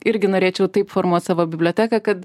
irgi norėčiau taip formuot savo biblioteką kad